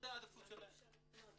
התא המשפחתי תכנית